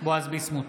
בועז ביסמוט,